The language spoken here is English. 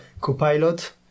Copilot